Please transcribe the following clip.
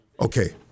Okay